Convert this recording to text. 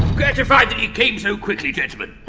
gratified that you came so quickly, gentlemen!